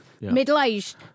Middle-aged